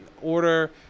order